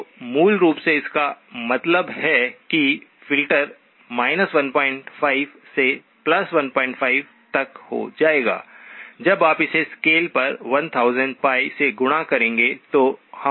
तो मूल रूप से इसका मतलब है कि फ़िल्टर 15 से 15 तक हो जाएगा जब आप इसे स्केल पर 1000π से गुणा करेंगे